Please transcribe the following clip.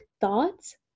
thoughts